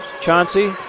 Chauncey